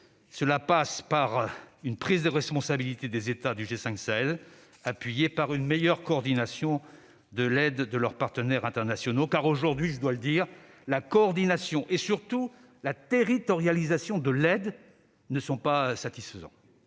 Cela passe par une prise de responsabilité des États du G5 Sahel, appuyée par une meilleure coordination de l'aide de leurs partenaires internationaux, car, aujourd'hui, je dois le dire, la coordination et, surtout, la territorialisation de l'aide ne sont pas satisfaisantes.